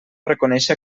reconèixer